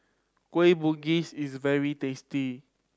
Kueh Bugis is very tasty